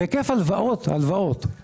בהיקף הלוואות של